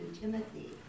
Timothy